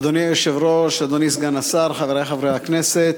אדוני היושב-ראש, אדוני סגן השר, חברי חברי הכנסת,